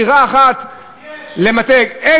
דירה אחת, יש.